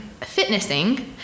fitnessing